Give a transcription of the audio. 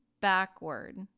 backward